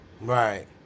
right